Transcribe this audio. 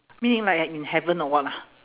meaning like I in heaven or what ah